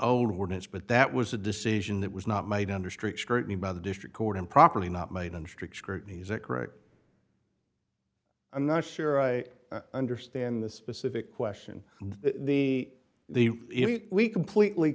old ordinance but that was a decision that was not made under strict scrutiny by the district court improperly not made under strict scrutiny is that correct i'm not sure i understand the specific question the the if we completely